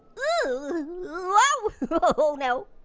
oh whoa, oh no.